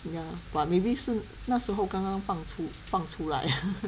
ya but maybe 是那时候刚刚放出放出来